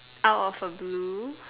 out of a blue